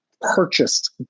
purchased